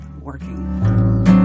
working